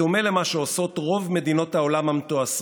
בדומה למה שעושות רוב מדינות העולם המתועשות.